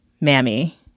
Mammy